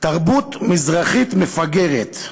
תרבות מזרחית מפגרת.